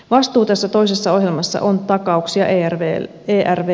vastuu tässä toisessa ohjelmassa on takauksia ervvlle